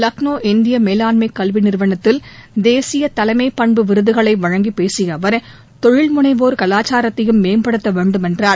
லக்னோ இந்திய மேலாண்மை கல்வி நிறுவனத்தில் தேசிய தலைமைப்பண்பு விருதுகளை வழங்கிப் பேசிய அவர் தொழில் முனைவோர் கலாச்சாரத்தையும் மேம்படுத்த வேண்டும் என்றார்